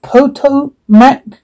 Potomac